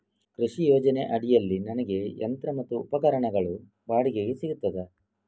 ಕೃಷಿ ಯೋಜನೆ ಅಡಿಯಲ್ಲಿ ನನಗೆ ಯಂತ್ರ ಮತ್ತು ಉಪಕರಣಗಳು ಬಾಡಿಗೆಗೆ ಸಿಗುತ್ತದಾ?